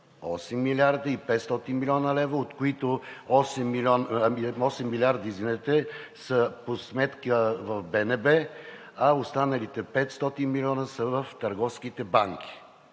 8 млрд. 500 млн. лв., от които 8 милиарда са по сметка в БНБ, а останалите 500 милиона са в търговските банки,